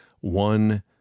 one